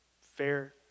fair